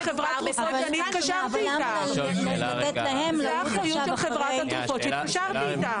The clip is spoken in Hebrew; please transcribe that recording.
אלה ההנחיות של חברת התרופות שאני מתקשרת איתה.